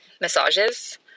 massages